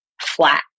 flat